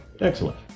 Excellent